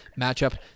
matchup